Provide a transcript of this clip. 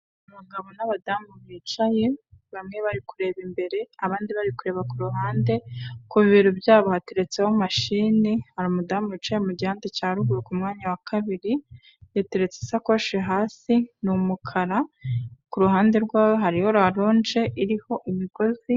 Abagabo n'abadamu bicaye, bamwe bari kureba imbere abandi bari kureba ku ruhande, ku bibero byabo hateretseho imashini, hari umudamu wicaye mu gihande cya ruguru ku mwanya wa kabiri yatereretse isakoshi, hasi ni umukara, ku ruhande rwa hariho la ronje iriho imigozi.